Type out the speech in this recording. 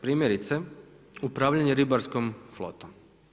Primjerice upravljanje ribarskom flotom.